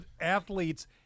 athletes